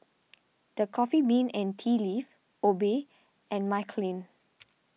the Coffee Bean and Tea Leaf Obey and Michelin